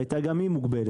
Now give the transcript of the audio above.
הייתה גם היא מוגבלת.